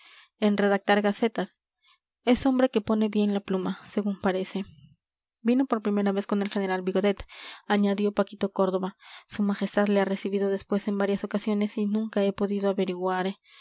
en redactar gacetas es hombre que pone bien la pluma según parece vino por vez primera con el general vigodet añadió paquito córdoba su majestad le ha recibido después en varias ocasiones y nunca he podido averiguar